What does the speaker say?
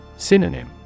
Synonym